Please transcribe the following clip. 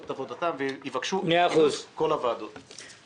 את עבודתם ויבקשו את כינוס כל ועדות הכנסת.